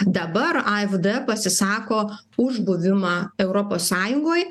dabar afd pasisako už buvimą europos sąjungoj